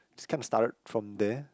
it's kinda started from there